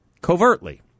covertly